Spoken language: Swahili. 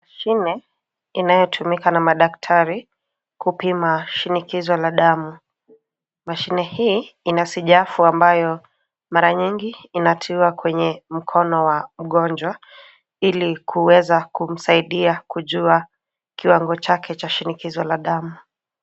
Mashine inayotumika na madaktari kupima shinikizo la damu. Mashine hii ina sijafu ambayo mara nyingi inatiwa kwenye mkono wa mgonjwa ili kuweza kumsaidia kujua kiwango chake cha shinikizo la damu.